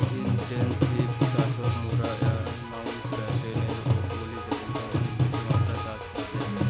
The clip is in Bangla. ইনটেনসিভ চাষকে মোরা মাউন্টব্যাটেন ও বলি যেখানকারে অনেক বেশি মাত্রায় চাষ হসে